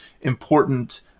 important